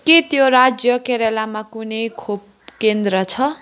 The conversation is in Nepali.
के त्यो राज्य केरालामा कुनै खोप केन्द्र छ